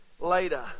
later